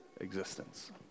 existence